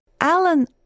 Alan